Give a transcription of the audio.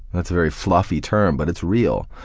that's a very fluffy term, but it's real,